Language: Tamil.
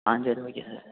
ஆ சரி ஓகே சார்